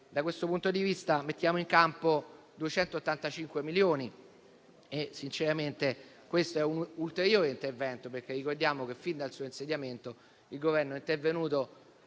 Da questo punto di vista, mettiamo in campo 285 milioni: questo è un ulteriore intervento, perché ricordiamo che fin dal suo insediamento il Governo è intervenuto